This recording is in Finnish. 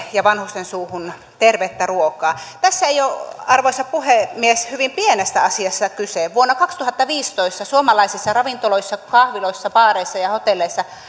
ja vanhusten suuhun tulee tervettä ruokaa tässä ei ole arvoisa puhemies hyvin pienestä asiasta kyse vuonna kaksituhattaviisitoista suomalaisissa ravintoloissa kahviloissa baareissa ja hotelleissa